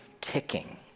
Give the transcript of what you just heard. ticking